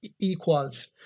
equals